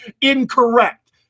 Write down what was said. incorrect